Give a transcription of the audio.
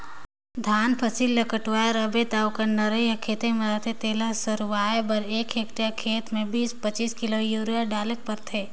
धान फसिल ल कटुवाए रहबे ता ओकर नरई हर खेते में रहथे तेला सरूवाए बर एक हेक्टेयर खेत में बीस पचीस किलो यूरिया डालेक परथे